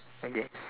okay